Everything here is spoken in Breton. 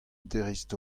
dreist